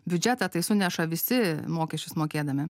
biudžetą tai suneša visi mokesčius mokėdami